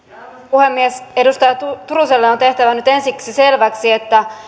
puhemies edustaja turuselle on nyt tehtävä ensiksi selväksi että